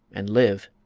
and live!